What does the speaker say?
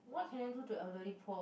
what can I do to elderly poor